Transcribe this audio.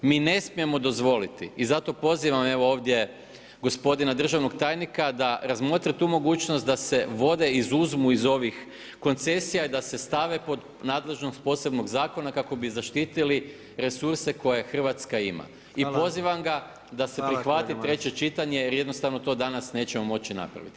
Mi ne smijemo dozvoliti i zato pozivam evo ovdje gospodina državnog tajnika da razmotri tu mogućnost da se vode izuzmu iz ovih koncesija i da se stave pod nadležnost posebnog zakona kako bi zaštitili resurse koje Hrvatska ima [[Upadica predsjednik: Hvala.]] I pozivam ga da se prihvati treće čitanje, jer jednostavno to danas nećemo moći napraviti.